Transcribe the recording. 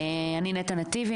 אני נטע נתיבי,